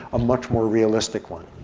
a much more realistic one.